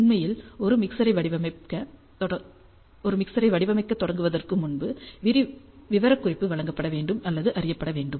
உண்மையில் ஒரு மிக்சரை வடிவமைக்கத் தொடங்குவதற்கு முன்பு விவரக்குறிப்பு வழங்கப்பட வேண்டும் அல்லது அறியப்பட வேண்டும்